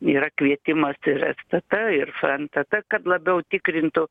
yra kvietimas ir stt ir fntt kad labiau tikrintų